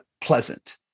pleasant